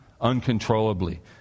uncontrollably